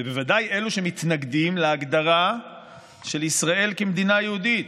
ובוודאי אלו שמתנגדים להגדרה של ישראל כמדינה יהודית,